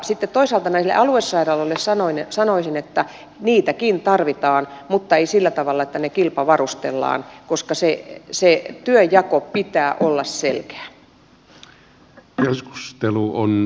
sitten toisaalta näille aluesairaaloille sanoisin että niitäkin tarvitaan mutta ei sillä tavalla että ne kilpavarustellaan koska sen työnjaon pitää olla selkeä